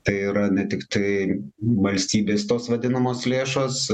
tai yra ne tiktai valstybės tos vadinamos lėšos